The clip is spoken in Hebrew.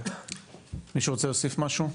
מישהו רוצה להוסיף משהו?